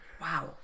wow